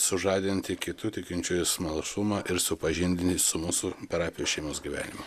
sužadinti kitų tikinčiųjų smalsumą ir supažindinti su mūsų parapijos šeimos gyvenimu